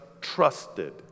trusted